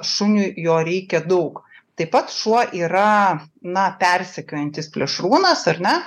šuniui jo reikia daug taip pat šuo yra na persekiojantis plėšrūnas ar ne